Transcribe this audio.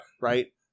Right